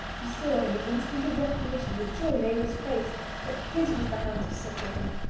he saw in the instant of recognition the joy in abel's face that his was the hand to succour him,